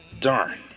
Darn